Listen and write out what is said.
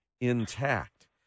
intact